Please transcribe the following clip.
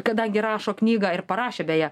kadangi rašo knygą ir parašė beje